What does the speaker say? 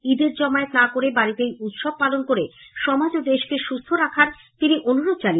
ঈদের জমায়েত না করে বাড়িতেই উৎসব পালন করে সমাজ ও দেশকে সুস্থ রাখার তিনি অনুরোধ করেন